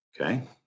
okay